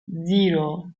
zero